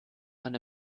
man